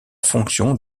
fonction